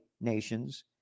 nations